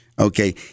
okay